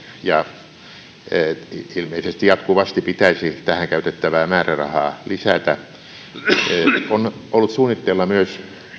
ja ilmeisesti jatkuvasti pitäisi tähän käytettävää määrärahaa lisätä on ollut suunnitteilla myös